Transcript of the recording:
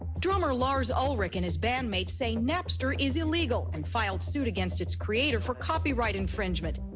drummer lars ulrich and his band mates saying, napster is illegal and filed suit against its creator for copyright infringement.